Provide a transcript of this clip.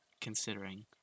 considering